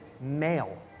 male